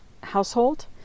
household